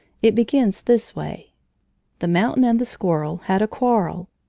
it begins this way the mountain and the squirrel had a quarrel.